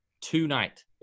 tonight